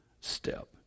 step